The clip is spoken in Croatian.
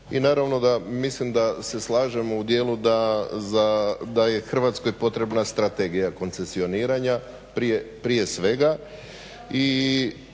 i naravno da mislim da se slažemo u dijelu da je Hrvatskoj potrebna Strategija koncesioniranja prije svega